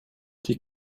die